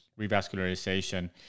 revascularization